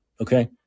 okay